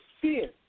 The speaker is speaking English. fear